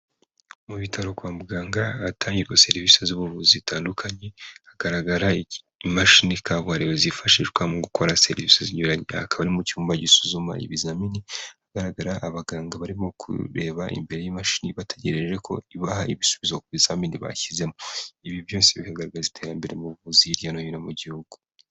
Mu bitaro kwa muganga ahatangirwa serivisi z'ubuvuzi zitandukanye, hagaragara imashini kabuharirewe zifashishwa mu gukora serivisi zinyuranye, aha akaba ari mu cyumba gisuzuma ibizamini, hagaragara abaganga barimo kureba imbere y'imashini bategereje ko ibaha ibisubizo ku bizamini bashyizemo, ibi byose bigaragaza iterambere mu buvuzi hirya no hino mu gihugu.